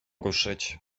ruszyć